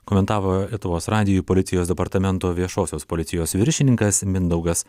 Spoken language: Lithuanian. komentavo lietuvos radijui policijos departamento viešosios policijos viršininkas mindaugas